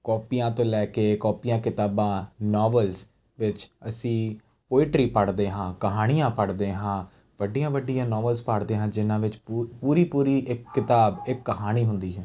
ਕੋਪੀਆਂ ਤੋਂ ਲੈ ਕੇ ਕੋਪੀਆਂ ਕਿਤਾਬਾਂ ਨੋਵਲਸ ਵਿੱਚ ਅਸੀਂ ਪੋਈਟਰੀ ਪੜ੍ਹਦੇ ਹਾਂ ਕਹਾਣੀਆਂ ਪੜ੍ਹਦੇ ਹਾਂ ਵੱਡੀਆਂ ਵੱਡੀਆਂ ਨੋਵਲਸ ਪੜ੍ਹਦੇ ਹਾਂ ਜਿਹਨਾਂ ਵਿੱਚ ਪੂ ਪੂਰੀ ਪੂਰੀ ਇੱਕ ਕਿਤਾਬ ਇੱਕ ਕਹਾਣੀ ਹੁੰਦੀ ਹੈ